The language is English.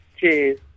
Cheers